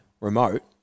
remote